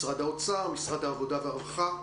משרד האוצר, משרד העבודה והרווחה,